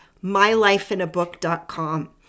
mylifeinabook.com